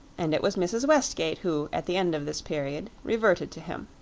and it was mrs. westgate who, at the end of this period, reverted to him.